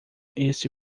esse